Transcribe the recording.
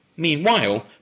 Meanwhile